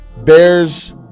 Bears